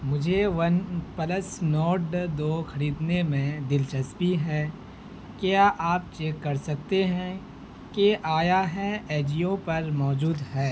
مجھے one plus Nord دو خریدنے میں دلچسپی ہے کیا آپ چیک کر سکتے ہیں کہ آیا ہے اجیو پر موجود ہے